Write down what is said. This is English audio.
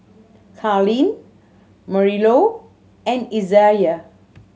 Karlene Marilou and Isaiah